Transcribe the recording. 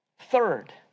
Third